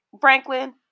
Franklin